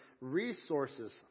resources